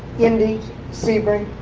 indy, sebring,